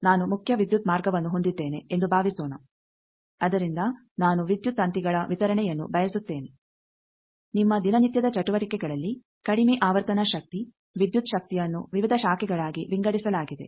ನಾನು ಮುಖ್ಯ ವಿದ್ಯುತ್ ಮಾರ್ಗವನ್ನು ಹೊಂದಿದ್ದೇನೆ ಎಂದು ಭಾವಿಸೋಣ ಅದರಿಂದ ನಾನು ವಿದ್ಯುತ್ ತಂತಿಗಳ ವಿತರಣೆಯನ್ನು ಬಯಸುತ್ತೇನೆ ನಿಮ್ಮ ದಿನನಿತ್ಯದ ಚಟುವಟಿಕೆಗಳಲ್ಲಿ ಕಡಿಮೆ ಆವರ್ತನ ಶಕ್ತಿ ವಿದ್ಯುತ್ ಶಕ್ತಿಯನ್ನು ವಿವಿಧ ಶಾಖೆಗಳಾಗಿ ವಿಂಗಡಿಸಲಾಗಿದೆ